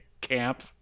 camp